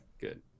good